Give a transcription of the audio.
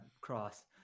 cross